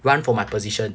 run for my position